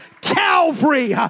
Calvary